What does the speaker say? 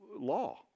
law